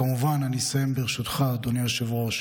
כמובן אני אסיים, ברשותך, אדוני היושב-ראש,